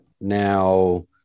Now